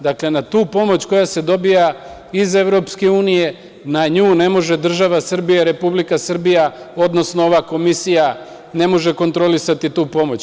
Dakle, na tu pomoć koja se dobija iz EU, na nju ne može država Srbija, Republika Srbija, odnosno ova komisija ne može kontrolisati tu pomoć.